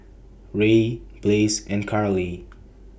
Rae Blaze and Karley